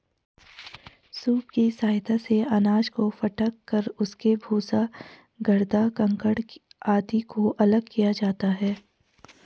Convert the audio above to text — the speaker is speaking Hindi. सूप की सहायता से अनाज को फटक कर उसके भूसा, गर्दा, कंकड़ आदि को अलग किया जाता है